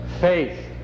faith